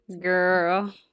girl